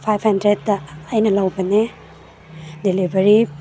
five ꯍꯟꯗ꯭ꯔꯦꯗꯇ ꯑꯩꯅ ꯂꯧꯕꯅꯦ ꯗꯤꯂꯤꯕꯔꯤ